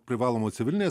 privalomo civilinės